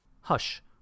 Hush